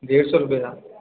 डेढ़ सौ रपेऽ दा